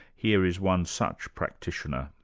here is one such practitioner,